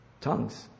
tongues